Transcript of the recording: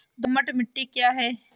दोमट मिट्टी क्या है?